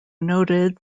noted